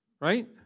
Right